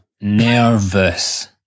nervous